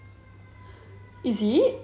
is it